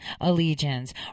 allegiance